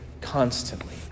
constantly